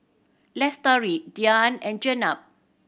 Lestari Dian and Jenab